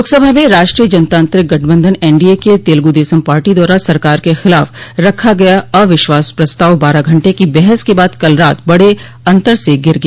लोकसभा ने राष्ट्रीय जनतांत्रिक गठबंधन एनडीए के तेलुगुदेशम पार्टी द्वारा सरकार के खिलाफ रखा गया अविश्वास प्रस्ताव बारह घंटे की बहस के बाद कल रात बड़े अंतर से गिर गया